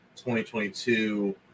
2022